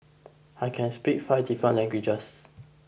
I can speak five different languages